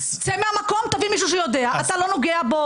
צא מהמקום,